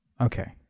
Okay